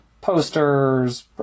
posters